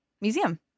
museum